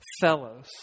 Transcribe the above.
fellows